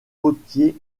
potiers